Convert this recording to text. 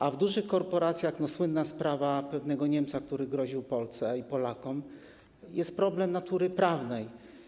A w dużych korporacjach - słynna sprawa pewnego Niemca, który groził Polce i Polakom - jest problem natury prawnej.